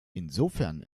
insofern